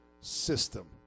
system